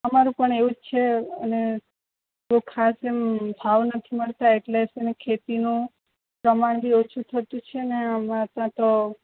અમારું પણ એવું જ છે અને બોઉ ખાસ એમ ભાવ નથી મળતા એટલે જ એની ખેતીનું પ્રમાણ બી ઓછું થતું છે ને અમાર ત્યાં તો